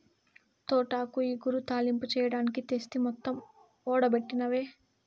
తోటాకు ఇగురు, తాలింపు చెయ్యడానికి తెస్తి మొత్తం ఓడబెట్టినవే